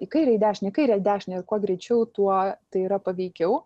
į kairę į dešinę į kairę į dešinę ir kuo greičiau tuo tai yra paveikiau